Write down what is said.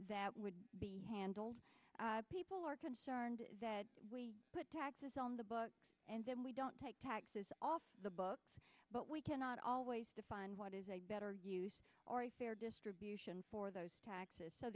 that would be handled people are concerned that we put taxes on the books and then we don't take taxes off the books but we cannot always define what is a better use or a fair distribution for those taxes so